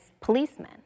policemen